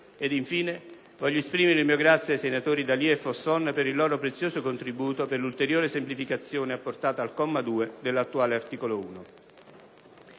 infine voglio esprimere il mio grazie ai senatori D'Alia e Fosson per il loro prezioso contributo per l'ulteriore semplificazione apportata al comma 2 dell'attuale articolo 1.